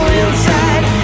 inside